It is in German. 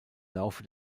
laufe